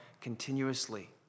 continuously